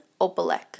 Opalek